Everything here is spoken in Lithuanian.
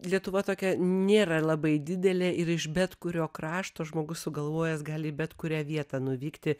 lietuva tokia nėra labai didelė ir iš bet kurio krašto žmogus sugalvojęs gali į bet kurią vietą nuvykti